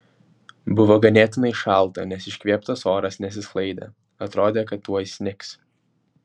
buvo ganėtinai šalta nes iškvėptas oras nesisklaidė atrodė kad tuoj snigs